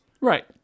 right